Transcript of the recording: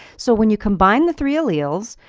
so when you combine the three alleles,